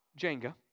Jenga